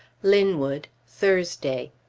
linwood, thursday.